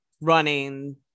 running